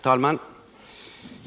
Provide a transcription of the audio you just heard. Herr talman!